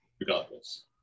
regardless